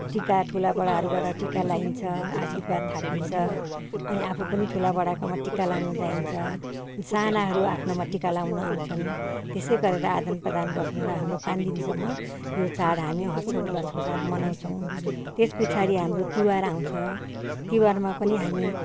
टिका ठुला बडाहरूबाट टिका लाइन्छ आशीर्वाद थापिन्छ अनि आफू पनि ठुला बडाकोमा टिका लाउनु जाइन्छ सानाहरू आफ्नामा टिका लाउनु आउँछन् त्यसै गरेर आदन प्रदान गर्छौँ र हाम्रो पाँच दिनसम्म यो चाड हामी हर्ष उल्लासकोसाथ मनाउँछौँ तेस पिछाडि हाम्रो तिवार आउँछ तिहारमा पनि हामी